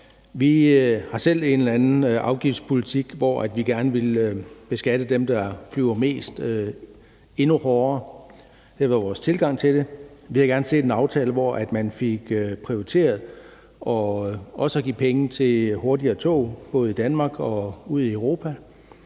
Vi har selv en anden afgiftspolitik, hvor vi gerne vil beskatte dem, der flyver mest, endnu hårdere – det er i hvert fald vores tilgang til det – og vi havde gerne set en aftale, hvor man fik prioriteret også at give penge til hurtigere tog både i Danmark og ud i Europa.